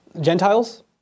Gentiles